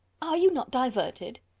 are you not diverted?